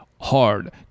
hard